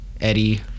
Eddie